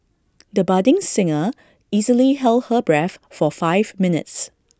the budding singer easily held her breath for five minutes